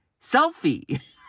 selfie